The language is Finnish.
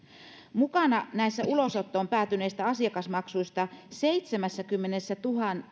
näistä ulosottoon päätyneistä asiakasmaksuista seitsemässäkymmenessätuhannessa